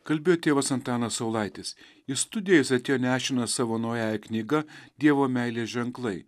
kalbėjo tėvas antanas saulaitis į studiją jis atėjo nešinas savo naująja knyga dievo meilės ženklai